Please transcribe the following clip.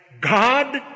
God